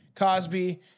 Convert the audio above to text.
Cosby